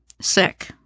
sick